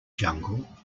jungle